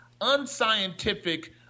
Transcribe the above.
unscientific